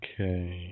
Okay